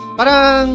parang